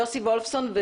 יוסי וולפסון,